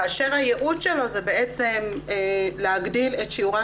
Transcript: כאשר הייעוד שלו זה בעצם להגדיל את שיעורן